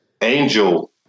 Angel